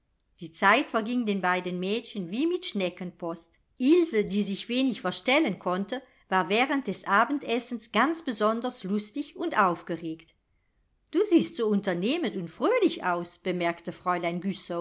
die zeit verging den beiden mädchen wie mit schneckenpost ilse die sich wenig verstellen konnte war während des abendessens ganz besonders lustig und aufgeregt du siehst so unternehmend und fröhlich aus bemerkte fräulein